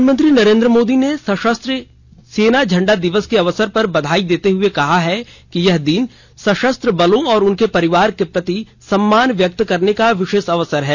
प्रधानमंत्री नरेंद्र मोदी ने सशस्त्र सेना झंडा दिवस के अवसर पर बधाई देते हुए कहा है कि यह दिन सशस्त्र बलों और उनके परिवार के प्रति सम्मान व्यक्त करने का विशेष अवसर है